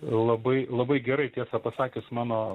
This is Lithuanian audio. labai labai gerai tiesą pasakius mano